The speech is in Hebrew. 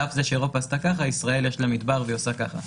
שעל אף שאירופה עשתה ככה לישראל יש מדבר והיא עושה ככה.